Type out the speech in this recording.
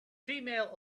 female